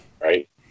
right